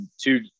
two